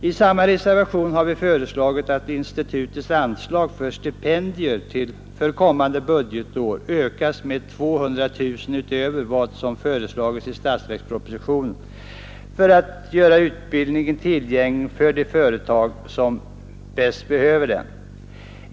I samma reservation har vi föreslagit att institutets anslag till stipendier för kommande budgetår ökas med 200 000 kronor, utöver vad som föreslagits i statsverkspropositionen, för att göra utbildningen tillgänglig för de företag som bäst behöver den.